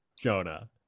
Jonah